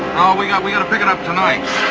we gotta we gotta pick it up tonight.